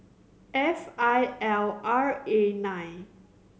F I L R A nine